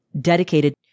dedicated